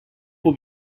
will